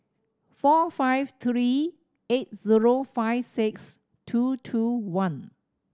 four five three eight zero five six two two one